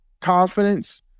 confidence